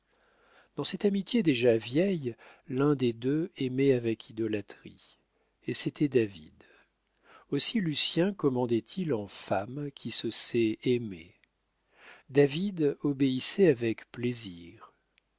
dans cette amitié déjà vieille l'un des deux aimait avec idolâtrie et c'était david aussi lucien commandait il en femme qui se sait aimée david obéissait avec plaisir